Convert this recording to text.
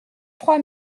trois